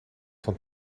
van